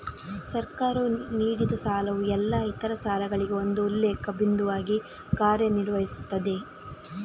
ಸರ್ಕಾರವು ನೀಡಿದಸಾಲವು ಎಲ್ಲಾ ಇತರ ಸಾಲಗಳಿಗೆ ಒಂದು ಉಲ್ಲೇಖ ಬಿಂದುವಾಗಿ ಕಾರ್ಯ ನಿರ್ವಹಿಸುತ್ತದೆ